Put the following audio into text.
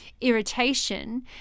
irritation